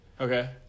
okay